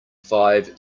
five